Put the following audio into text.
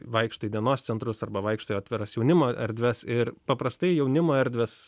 vaikšto į dienos centrus arba vaikšto į atviras jaunimo erdves ir paprastai jaunimo erdvės